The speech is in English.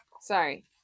Sorry